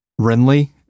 Renly